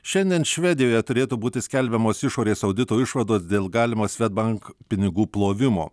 šiandien švedijoje turėtų būti skelbiamos išorės audito išvados dėl galimo swedbank pinigų plovimo